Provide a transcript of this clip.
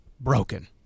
broken